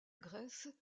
grèce